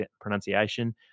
pronunciation